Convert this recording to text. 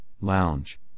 lounge